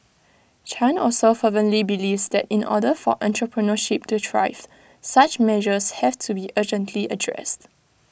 chan also fervently believes that in order for entrepreneurship to thrive such measures have to be urgently addressed